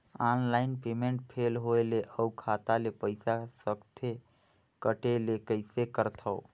Online payment fail होय ले अउ खाता ले पईसा सकथे कटे ले कइसे करथव?